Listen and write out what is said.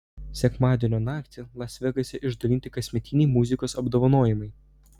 sekmadienio naktį las vegase išdalinti kasmetiniai muzikos apdovanojimai